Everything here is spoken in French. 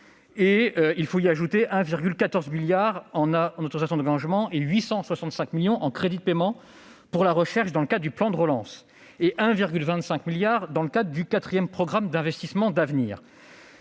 il faut ajouter 1,14 milliard d'euros en autorisations d'engagement et 865 millions d'euros en crédits de paiement pour la recherche dans le cadre du plan de relance, et 1,25 milliard d'euros dans le cadre du quatrième programme d'investissements d'avenir